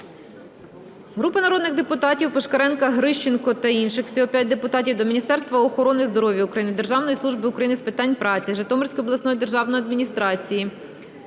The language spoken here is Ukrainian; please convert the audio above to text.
Групи народних депутатів (Пушкаренка, Грищенко та інших. Всього 5 депутатів) до Міністерства охорони здоров'я України, Державної служби України з питань праці, Житомирської обласної державної адміністрації